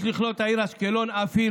יש לכלול את העיר אשקלון אף היא,